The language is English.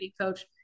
coach